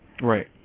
right